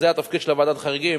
זה התפקיד של ועדת החריגים.